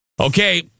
Okay